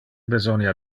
besonia